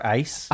ice